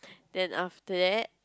then after that